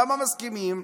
למה מסכימים?